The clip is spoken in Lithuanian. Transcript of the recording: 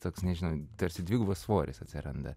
toks nežinau tarsi dvigubas svoris atsiranda